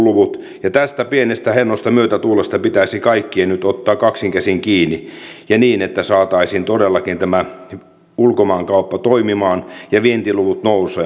ja tästä pienestä hennosta myötätuulesta pitäisi kaikkien nyt ottaa kaksin käsin kiinni ja niin että saataisiin todellakin tämä ulkomaankauppa toimimaan ja vientiluvut nousuun